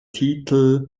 titel